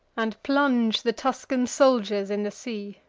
and plunge the tuscan soldiers in the sea.